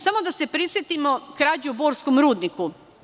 Samo da se prisetimo krađe u borskom rudniku.